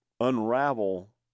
unravel